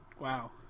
Wow